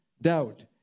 Doubt